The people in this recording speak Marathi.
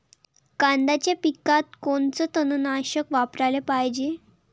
कांद्याच्या पिकात कोनचं तननाशक वापराले पायजे?